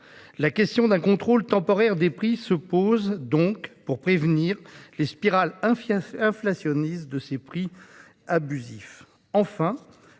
La question d'un contrôle temporaire des prix se pose donc pour prévenir les spirales inflationnistes de ces prix abusifs.